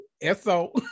s-o